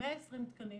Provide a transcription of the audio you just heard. ל-120 תקנים